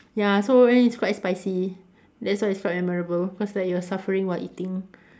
ya so then it's quite spicy that's why it's quite memorable cause like you are suffering while eating